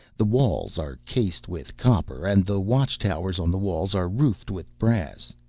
the walls are cased with copper, and the watch towers on the walls are roofed with brass.